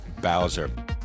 Bowser